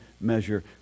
measure